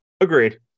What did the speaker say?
Agreed